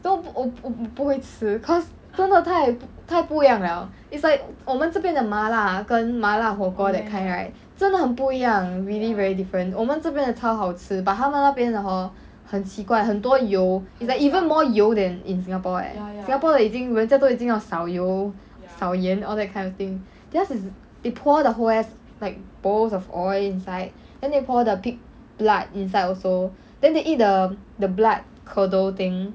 都不不不会吃 cause 真的太太不一样了 it's like 我们这边的麻辣跟麻辣火锅 that kind right 真的很不一样 really very different 我们这边的超好吃 but 他们那边的 hor 很奇怪很多油 it's like even more 油 than in singapore eh singapore 的已经人家都已经要少油少盐 all that kind of thing their's is they pour the whole F like bowl of oil inside then they pour the pig blood inside also then they eat the the blood curdle thing